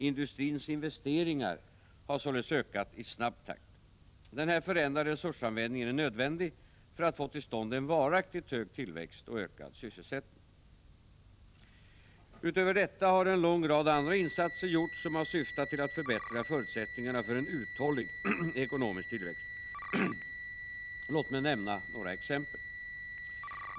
Industrins investeringar har sålunda ökat i snabb takt. Den här förändrade resursanvändningen är nödvändig för att få till stånd en varaktigt hög tillväxt och ökad sysselsättning. Härutöver har en lång rad andra insatser gjorts som har syftat till att förbättra förutsättningarna för en uthållig ekonomisk tillväxt. Låt mig nämna några exempel.